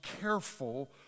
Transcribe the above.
careful